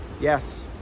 Yes